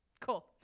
Cool